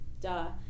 duh